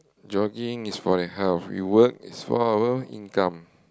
jogging is for your health you work is for our income